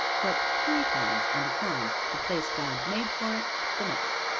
but three times, and upon the place god made for it the mouth.